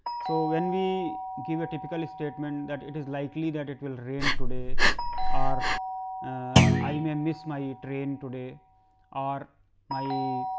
so, when we give a typically statement, that it is likely that it will rain today or i may miss by yeah train today or my